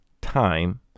time